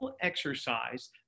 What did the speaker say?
exercise